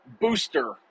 booster